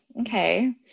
okay